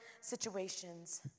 situations